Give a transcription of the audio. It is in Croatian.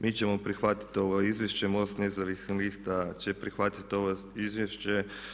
Mi ćemo prihvatiti ovo izvješće, MOST Nezavisnih lista će prihvatiti ovo izvješće.